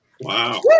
Wow